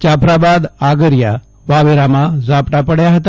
જાફરાબાદ આગરીયા વાવેરામાં ઝાપટા પડ્યા હતા